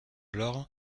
l’or